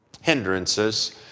hindrances